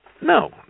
No